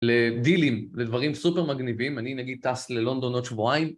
לדילים, לדברים סופר מגניבים, אני נגיד טס ללונדון עוד שבועיים.